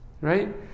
right